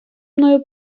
мною